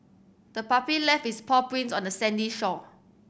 the puppy left its paw prints on the sandy shore